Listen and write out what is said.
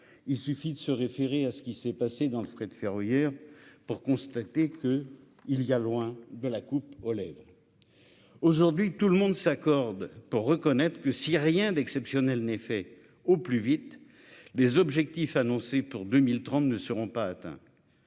Il suffit de se référer à ce qui s'est passé dans le fret ferroviaire pour constater que il y a loin de la coupe aux lèvres. Aujourd'hui tout le monde s'accorde pour reconnaître que si rien d'exceptionnel n'est fait au plus vite des objectifs annoncés pour 2030 ne seront pas atteints.